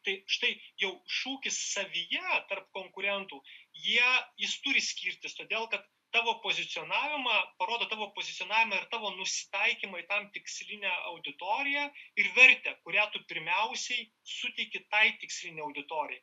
tai štai jau šūkis savyje tarp konkurentų jie jis turi skirtis todėl kad tavo pozicionavimą parodo tavo pozicionavimą ir tavo nusitaikymą į tam tikslinę auditoriją ir vertę kurią tu pirmiausiai suteiki tai tikslinei auditorijai